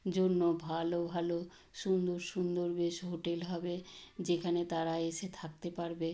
জন্য ভালো ভালো সুন্দর সুন্দর বেশ হোটেল হবে যেখানে তারা এসে থাকতে পারবে